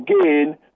Again